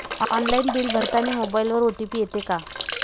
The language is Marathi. ऑनलाईन बिल भरतानी मोबाईलवर ओ.टी.पी येते का?